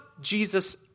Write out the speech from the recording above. Jesus